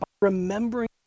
remembering